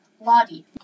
Lottie